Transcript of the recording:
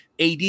AD